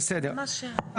בסדר.